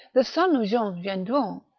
the son of jean gendron,